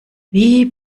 wie